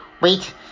wait